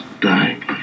dying